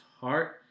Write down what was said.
heart